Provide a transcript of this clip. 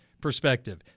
perspective